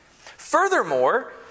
Furthermore